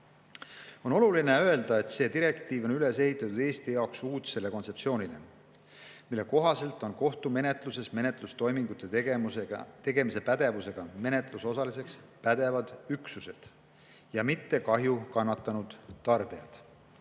oluline öelda, et see direktiiv on üles ehitatud Eesti jaoks uudse kontseptsiooni põhjal, mille kohaselt on kohtumenetluses menetlustoimingute tegemise pädevusega menetlusosaliseks pädevad üksused, mitte kahju kannatanud tarbijad.